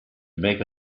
make